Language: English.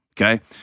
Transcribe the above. okay